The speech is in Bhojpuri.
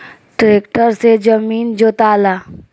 ट्रैक्टर से जमीन जोताला